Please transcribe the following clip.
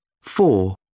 four